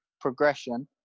progression